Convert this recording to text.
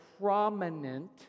prominent